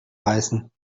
beißen